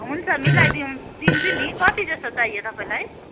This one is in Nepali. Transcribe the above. हुन्छ मिलाइदिऊँ दिन्छु नि कति जस्तो चाहियो तपाईँलाई